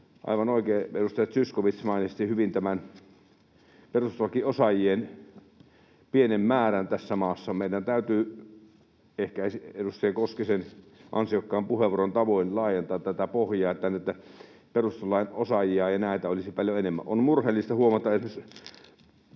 Aivan oikein edustaja Zyskowicz mainitsi hyvin tämän perustuslakiosaajien pienen määrän tässä maassa. Meidän täytyy ehkä — edustaja Koskisen ansiokkaan puheenvuoron mukaisesti — laajentaa tätä pohjaa, että näitä perustuslain osaajia olisi paljon enemmän. On murheellista huomata, että kun